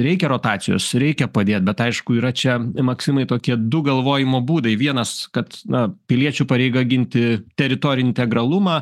reikia rotacijos reikia padėt bet aišku yra čia maksimai tokie du galvojimo būdai vienas kad na piliečių pareiga ginti teritorinį integralumą